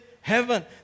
heaven